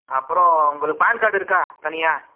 அப்புறம் உங்களுக்கு PAN card இருக்கா தனியாக